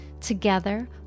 Together